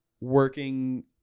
working